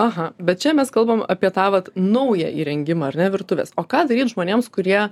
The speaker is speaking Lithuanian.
aha bet čia mes kalbam apie tą vat naują įrengimą ar ne virtuvės o ką daryt žmonėms kurie